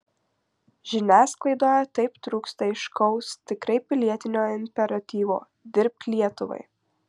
žiniasklaidoje taip trūksta aiškaus tikrai pilietinio imperatyvo dirbk lietuvai